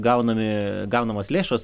gaunami gaunamos lėšos